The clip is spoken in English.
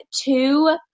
two